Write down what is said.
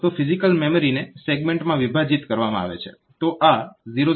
તો ફિઝીકલ મેમરીને સેગમેન્ટમાં વિભાજીત કરવામાં આવે છે